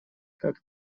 как